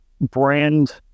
brand